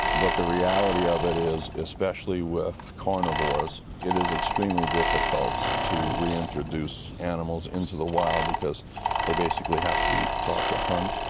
but the reality of it is especially with carnivores it is extremely difficult to reintroduce animals into the wild because they basically have to be taught to hunt.